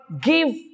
give